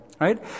right